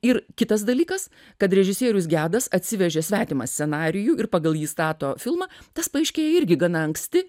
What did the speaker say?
ir kitas dalykas kad režisierius gedas atsivežė svetimą scenarijų ir pagal jį stato filmą tas paaiškėja irgi gana anksti